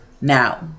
now